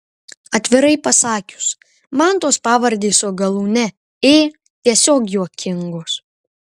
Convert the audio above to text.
atvirai pasakius man tos pavardės su galūne ė tiesiog juokingos